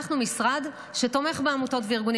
אנחנו משרד שתומך בעמותות וארגונים.